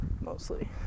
Mostly